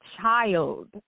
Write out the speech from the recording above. child